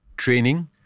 training